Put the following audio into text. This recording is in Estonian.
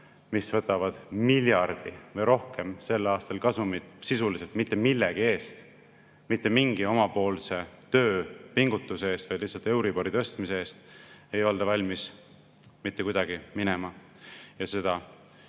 aastal miljardi või rohkem kasumit sisuliselt mitte millegi eest, mitte mingi oma tööpingutuse eest, vaid lihtsalt euribori tõstmise eest, ei olda valmis mitte kuidagi minema.